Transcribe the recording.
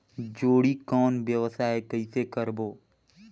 जोणी कौन व्यवसाय कइसे करबो?